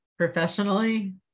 Professionally